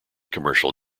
commercial